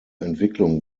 entwicklung